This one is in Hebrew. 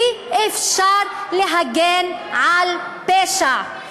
אי-אפשר להגן על פשע,